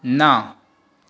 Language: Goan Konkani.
ना